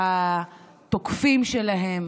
והתוקפים שלהן